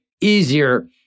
easier